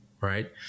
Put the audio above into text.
right